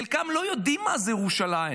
חלקם לא יודעים מה זה ירושלים.